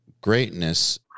greatness